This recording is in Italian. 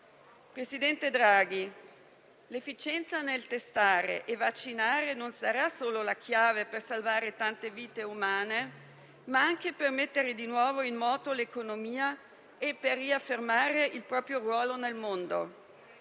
Presidente Draghi, l'efficienza nel testare e vaccinare non sarà solo la chiave per salvare tante vite umane, ma anche per mettere di nuovo in moto l'economia e per riaffermare il proprio ruolo nel mondo.